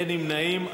אין נמנעים.